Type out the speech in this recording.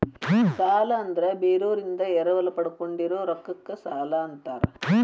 ಸಾಲ ಅಂದ್ರ ಬೇರೋರಿಂದ ಎರವಲ ಪಡ್ಕೊಂಡಿರೋ ರೊಕ್ಕಕ್ಕ ಸಾಲಾ ಅಂತಾರ